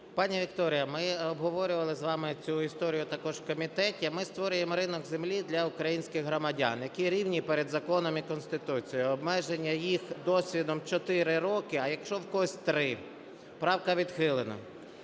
Пані Вікторія, ми обговорювали з вами цю історію також в комітеті. Ми створюємо ринок землі для українських громадян, які рівні перед законом і Конституцією. Обмеження їх досвідом 4 роки, а якщо в когось 3? Правка відхилена.